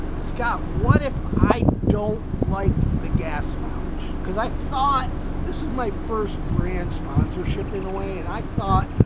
scott, what if i don't like the gas mileage? because i thought, this is my first brand sponsorship in a way and i thought,